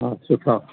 हा सुठा